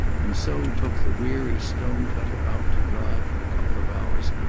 and so took the weary stone-cutter out to drive for a couple of hours,